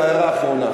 זו הערה אחרונה.